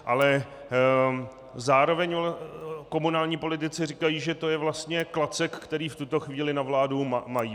Ale zároveň komunální politici říkají, že to je vlastně klacek, který v tuto chvíli na vládu mají.